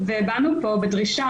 ובאנו פה בדרישה,